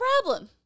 problem